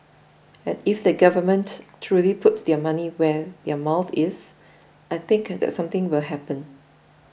and if the government truly puts their money where their mouth is I think that something will happen